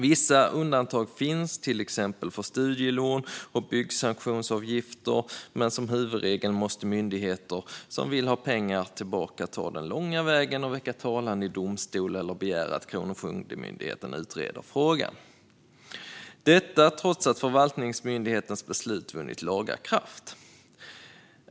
Vissa undantag finns, till exempel för studielån och byggsanktionsavgifter, men som huvudregel måste myndigheter som vill ha pengar tillbaka ta den långa vägen och väcka talan i domstol eller begära att Kronofogdemyndigheten utreder frågan - detta trots att förvaltningsmyndighetens beslut vunnit laga kraft.